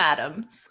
Adams